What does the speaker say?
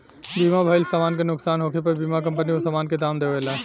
बीमा भइल समान के नुकसान होखे पर बीमा कंपनी ओ सामान के दाम देवेले